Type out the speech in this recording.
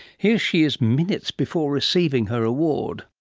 here she is minutes before receiving her award.